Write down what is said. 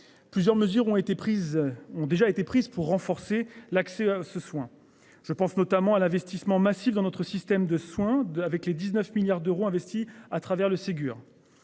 prises, ont déjà été prises pour renforcer l'accès à ce soin. Je pense notamment à l'investissement massif dans notre système de soins de avec les 19 milliards d'euros investis à travers le Ségur.